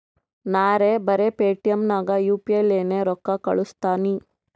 ನಾರೇ ಬರೆ ಪೇಟಿಎಂ ನಾಗ್ ಯು ಪಿ ಐ ಲೇನೆ ರೊಕ್ಕಾ ಕಳುಸ್ತನಿ